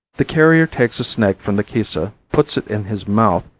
the carrier takes a snake from the kisa puts it in his mouth,